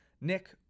Nick